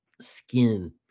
skin